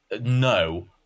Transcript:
no